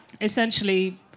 Essentially